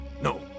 No